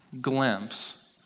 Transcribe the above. glimpse